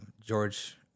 george